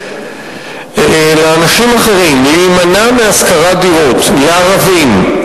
לאנשים אחרים להימנע מהשכרת דירות לערבים,